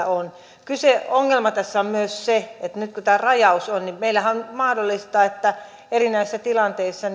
on ongelma tässä on myös se että nyt kun tämä rajaus on meillähän on mahdollista että erinäisissä tilanteissa